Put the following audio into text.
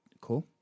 Cool